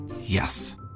Yes